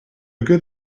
good